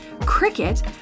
cricket